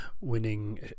winning